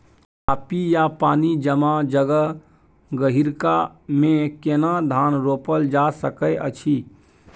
चापि या पानी जमा जगह, गहिरका मे केना धान रोपल जा सकै अछि?